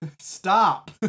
Stop